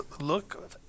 look